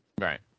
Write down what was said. Right